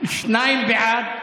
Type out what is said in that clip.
שניים בעד,